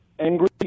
Angry